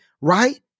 right